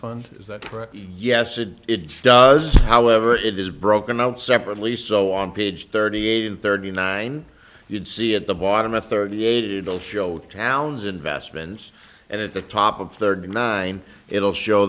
fund is that yes it does however it is broken out separately so on page thirty eight and thirty nine you'd see at the bottom a thirty eight it'll show towns investments and at the top of thirty nine it'll show